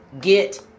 get